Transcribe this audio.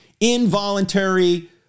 involuntary